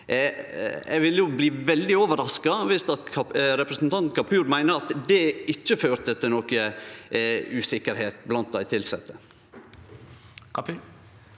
Eg vil bli veldig overraska om representanten Kapur meiner at det ikkje førte til usikkerheit blant dei tilsette.